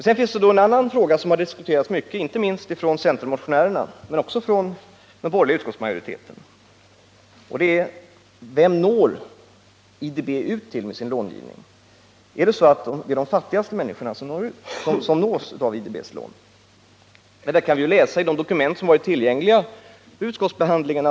Sedan finns det då en annan fråga, som har diskuterats mycket, inte minst av centermotionärerna men också av den borgerliga utskottsmajoriteten, och det är frågan: Vem når IDB ut till med sin långivning? Är det de fattigaste människorna som nås av IDB:s lån? Om detta kan vi läsa i de dokument som har varit tillgängliga vid utskottsbehandlingen.